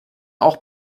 auch